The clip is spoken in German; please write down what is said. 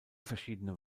verschiedene